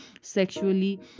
sexually